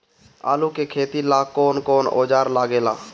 आलू के खेती ला कौन कौन औजार लागे ला?